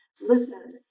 listen